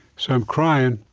so i'm crying,